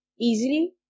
easily